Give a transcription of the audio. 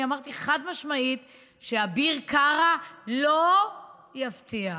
אני אמרתי חד-משמעית שאביר קארה לא יפתיע.